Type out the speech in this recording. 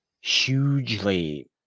hugely